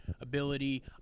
ability